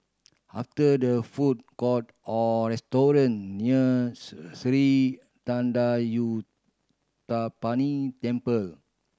after there food court or restaurant near Sri Thendayuthapani Temple